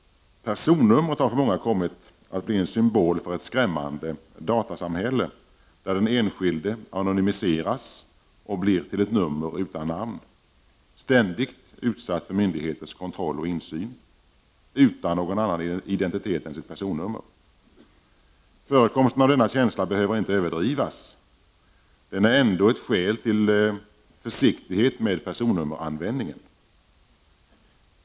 Personnumret har för många kommit att bli en symbol för ett skrämmande datasamhälle, där den enskilde anonymiseras och blir till ett nummer utan namn, ständigt utsatt för myndigheters kontroll och insyn, utan någon annan identitet än sitt personnummer. Förekomsten av denna känsla behöver inte överdrivas, men den är ändå ett skäl till försiktighet med personnummeranvändningen.